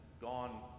gone